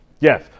Yes